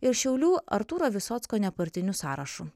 ir šiaulių artūro visocko nepartiniu sąrašu